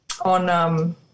on